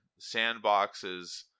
sandboxes